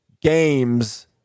games